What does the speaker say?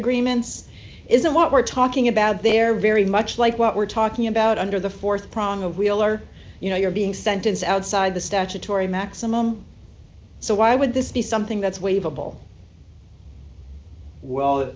agreements isn't what we're talking about there very much like what we're talking about under the th problem of wheeler you know you're being sentenced outside the statutory maximum so why would this be something that's w